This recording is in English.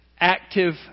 Active